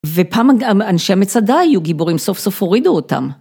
ופעם ה-גם, ה-אנשי מצדה היו גיבורים, סוף סוף הורידו אותם.